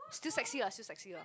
still sexy lah still sexy lah